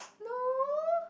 no